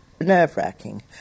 nerve-wracking